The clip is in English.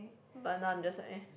but now I'm just like eh